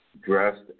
dressed